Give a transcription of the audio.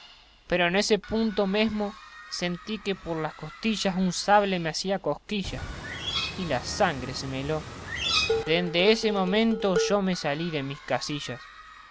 pero en ese punto mesmo sentí que por las costillas un sable me hacía cosquillas y la sangre me heló dende ese momento yo me salí de mis casillas